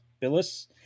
Billis